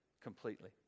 completely